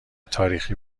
تاریخی